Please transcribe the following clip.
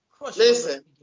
Listen